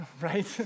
right